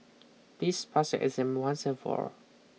please pass exam once and for all